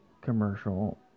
commercial